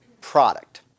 product